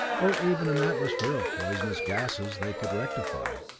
or even an atmosphere of poisonous gases they could rectify,